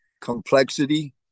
complexity